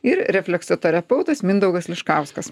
ir refleksoterapeutas mindaugas liškauskas